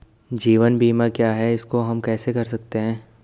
जीवन बीमा क्या है इसको हम कैसे कर सकते हैं?